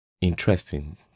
interesting